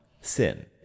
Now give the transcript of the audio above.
sin